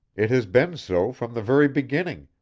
it has been so from the very beginning,